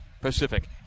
Pacific